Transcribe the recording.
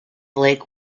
lake